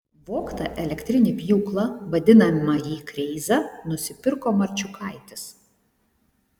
vogtą elektrinį pjūklą vadinamąjį kreizą nusipirko marčiukaitis